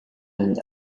and